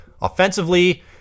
Offensively